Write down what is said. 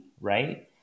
Right